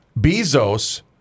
Bezos